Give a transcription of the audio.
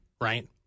right